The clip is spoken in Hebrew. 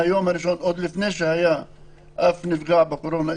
מהיום הראשון, עוד לפני שהיה נפגעים בקורונה אצלי,